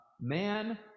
man